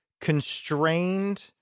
constrained